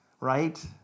right